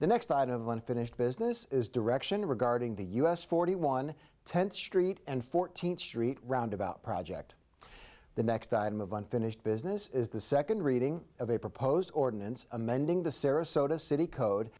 the next tide of unfinished business is direction regarding the us forty one tenth street and fourteenth street roundabout project the next item of unfinished business is the second reading of a proposed ordinance amending the sarasota city code